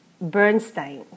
Bernstein